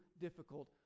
difficult